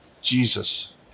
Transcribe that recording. Jesus